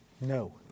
No